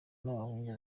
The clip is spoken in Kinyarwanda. n’abahungu